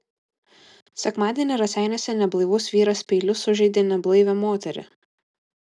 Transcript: sekmadienį raseiniuose neblaivus vyras peiliu sužeidė neblaivią moterį